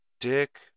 Dick